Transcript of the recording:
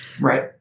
Right